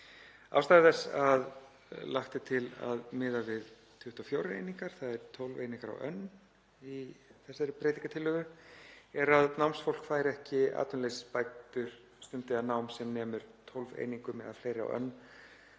Ástæða þess að lagt er til að miða við 24 einingar, þ.e. 12 einingar á önn, í þessari breytingartillögu er að námsfólk fær ekki atvinnuleysisbætur stundi það nám sem nemur 12 einingum eða fleiri á önn